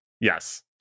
yes